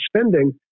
spending